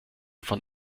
von